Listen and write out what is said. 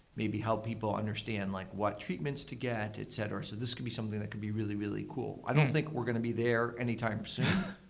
maybe help people understand like what treatments to get, et cetera. so this could be something that could be really, really cool. i don't think we're going to be there anytime soon,